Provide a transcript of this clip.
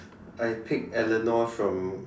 I pick Elanor from